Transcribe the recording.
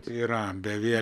yra beviel